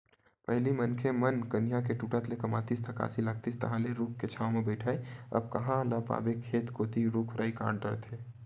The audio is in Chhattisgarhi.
पहिली मनखे मन कनिहा के टूटत ले कमातिस थकासी लागतिस तहांले रूख के छांव म बइठय अब कांहा ल पाबे खेत कोती रुख राई कांट डरथे